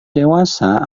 dewasa